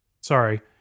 Sorry